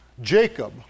Jacob